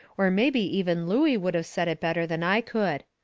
or mebby even looey would of said it better than i could.